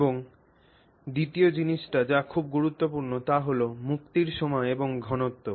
এবং দ্বিতীয় জিনিসটি যা খুব গুরুত্বপূর্ণ তা হল মুক্তির সময় এবং ঘনত্ব